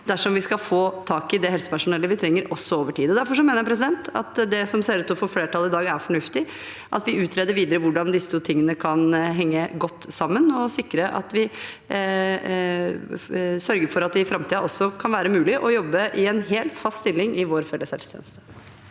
dersom vi skal få tak i det helsepersonellet vi trenger, også over tid. Derfor mener jeg at det som ser ut til å få flertall i dag, er fornuftig: at vi utreder videre hvordan disse to tingene kan henge godt sammen, og sikrer at vi sørger for at det i framtiden også kan være mulig å jobbe i en hel, fast stilling i vår felles helsetjeneste.